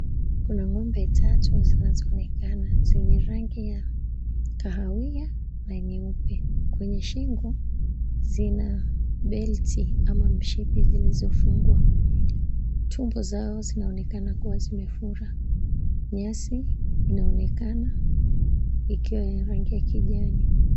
Kuna ng'ombe tatu zinazoonekana zenye rangi ya kahawia na nyeupe, Kwenye shingo zinabelti ama mshipi zilizofungwa, tumbo zao zinaonekana Kuwa zimefura. Nyasi inaonakena ikiwa na rangi ya kijani.